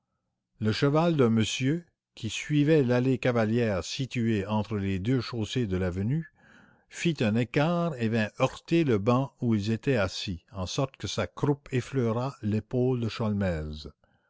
le cheval d'un monsieur qui suivait l'allée cavalière située entre les deux chaussées de l'avenue fit un écart et vint heurter le banc où ils étaient assis en sorte que sa croupe effleura l'épaule de